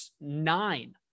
nine